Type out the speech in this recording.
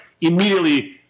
immediately